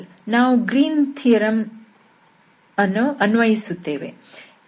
ನಾವು Green's theorem Green's theorem ಅನ್ನು ಅನ್ವಯಿಸುತ್ತೇವೆ